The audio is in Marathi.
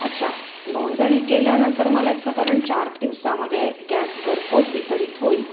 अच्छा नोंदणी केल्यानंतर मला एक साधारण चार दिवसामध्ये गॅस घरपोच वितरित होईल